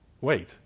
Wait